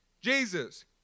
Jesus